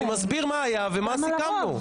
אני מסביר מה היה ומה סיכמנו.